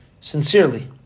sincerely